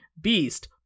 Beast